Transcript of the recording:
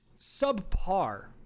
subpar